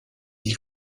ils